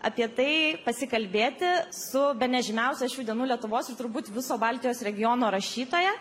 apie tai pasikalbėti su bene žymiausia šių dienų lietuvos ir turbūt viso baltijos regiono rašytoja